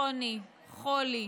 עוני, חולי,